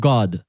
God